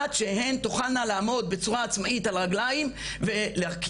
עד שהן תוכלנה לעמוד בצורה עצמאית על הרגליים ולהתחיל